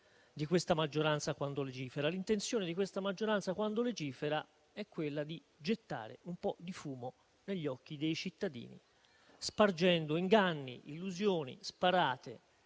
della maggioranza attuale quando legifera. L'intenzione di questa maggioranza quando legifera è quella di gettare un po' di fumo negli occhi dei cittadini, spargendo inganni, illusioni, sparate,